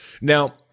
Now